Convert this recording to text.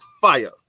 fire